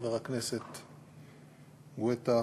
חבר הכנסת גואטה,